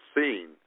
seen